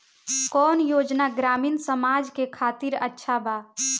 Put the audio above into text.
कौन योजना ग्रामीण समाज के खातिर अच्छा बा?